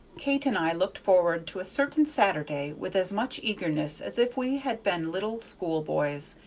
kate and i looked forward to a certain saturday with as much eagerness as if we had been little school-boys,